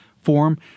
form